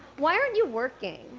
why aren't you working?